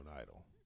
idol